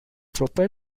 propel